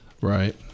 Right